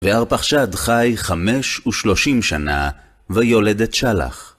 וארפחשד חי חמש ושלושים שנה, ויולד את שלח.